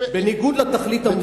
בניגוד לתכלית המוצהרת,